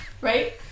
right